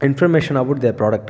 information about their product